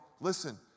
Listen